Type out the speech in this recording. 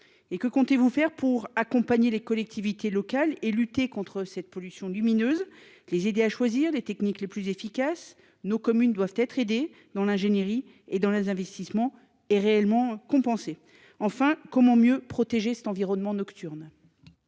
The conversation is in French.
Et que comptez-vous faire pour accompagner les collectivités locales et lutter contre cette pollution lumineuse, les aider à choisir les techniques les plus efficaces nos communes doivent être aidés dans l'ingénierie et dans les investissements et réellement compenser enfin comment mieux protéger cet environnement nocturnes.